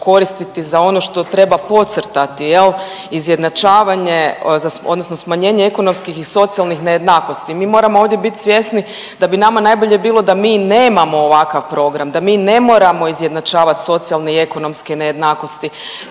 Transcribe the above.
koristiti za ono što treba podcrtati jel izjednačavanje odnosno smanjenje ekonomskih i socijalnih nejednakosti. Mi moramo ovdje biti svjesni da bi nama najbolje bilo da mi nemamo ovakav program da mi ne moramo izjednačavati socijalne i ekonomske nejednakosti,